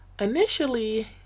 Initially